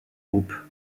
groupe